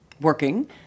working